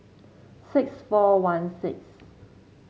six four one six